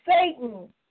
Satan